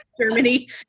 Germany